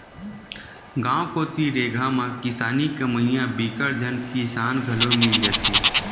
गाँव कोती रेगहा म किसानी कमइया बिकट झन किसान घलो मिल जाथे